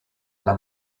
alla